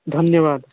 धन्यवादः